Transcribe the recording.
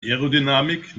aerodynamik